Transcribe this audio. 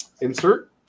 insert